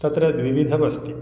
तत्र द्विविधमस्ति